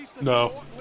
No